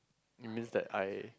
it means that I